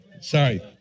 sorry